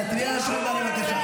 אשכרה אישה לא יודעת לחשוב לבד?